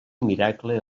miracle